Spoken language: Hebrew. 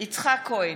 יצחק כהן,